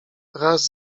raz